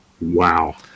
Wow